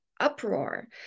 uproar